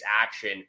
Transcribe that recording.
action